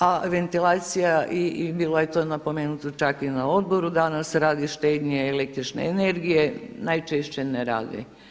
A ventilacija i bilo je to napomenuto čak i na odboru danas radi štednje električne energije najčešće ne radi.